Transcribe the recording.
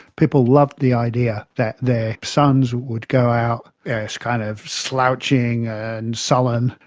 people loved the idea that their sons would go out as kind of slouching and sullen,